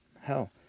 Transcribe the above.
Hell